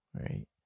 right